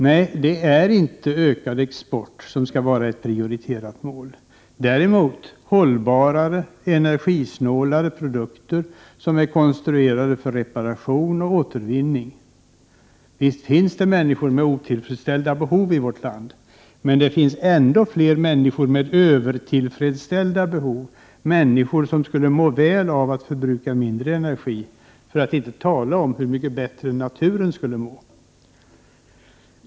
Nej, det är inte ökad export som skall vara ett prioriterat mål; däremot hållbarare, energisnålare produkter, som är konstruerade så att de kan repareras och återvinnas. Visst finns det människor med otillfredsställda behov i vårt land, men det finns ändå flera med övertillfredsställda behov, människor som skulle må väl av att förbruka mindre energi, för att inte tala om hur mycket bättre naturen då skulle må.